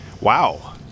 wow